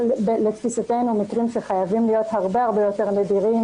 ולתפיסתנו אלה מקרים שחייבים להיות הרבה יותר נדירים